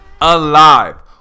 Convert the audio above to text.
alive